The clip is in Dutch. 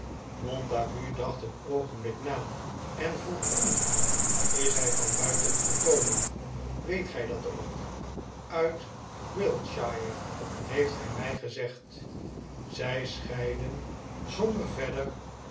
montague dacht een oogenblik na en vroeg toen is hij van buiten gekomen weet gij dat ook uit wiltshire heeft hij mij gezegd zij scheidden zonder verder